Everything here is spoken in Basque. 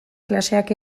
klaseak